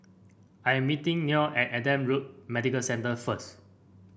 I am meeting Neal at Adam Road Medical Centre first